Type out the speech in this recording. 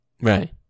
right